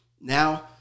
Now